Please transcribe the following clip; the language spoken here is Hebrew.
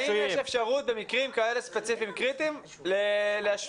האם יש אפשרות במקרים כאלה ספציפיים וקריטיים להשפיע?